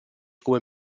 come